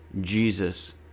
jesus